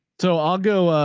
so i'll go.